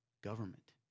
Government